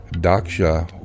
Daksha